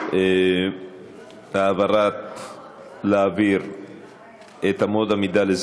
להעביר את הצעת החוק.